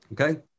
Okay